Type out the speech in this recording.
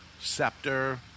Scepter